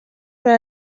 per